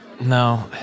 No